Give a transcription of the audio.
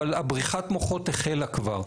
אבל בריחת המוחות החלה כבר,